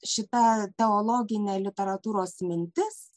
šita teologinė literatūros mintis